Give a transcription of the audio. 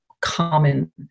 common